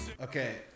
Okay